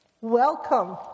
Welcome